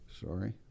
Sorry